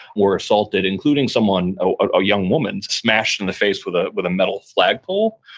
were assaulted, including someone, a young woman, smashed in the face with ah with a metal flagpole.